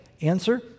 Answer